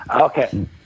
Okay